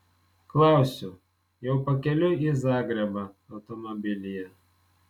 klausiu jau pakeliui į zagrebą automobilyje